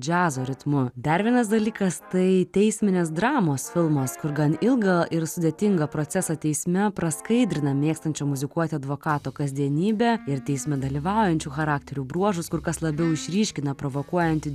džiazo ritmu dar vienas dalykas tai teisminės dramos filmas kur gan ilgą ir sudėtingą procesą teisme praskaidrina mėgstančio muzikuoti advokato kasdienybė ir teisme dalyvaujančių charakterių bruožus kur kas labiau išryškina provokuojanti